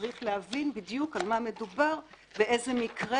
צריך להבין בדיוק על מה מדובר, באיזה מקרה.